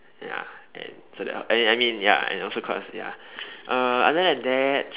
ya then so that I I mean ya and also cause ya uh other than that